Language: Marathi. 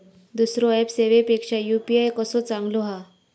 दुसरो ऍप सेवेपेक्षा यू.पी.आय कसो चांगलो हा?